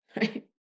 right